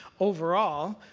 overall,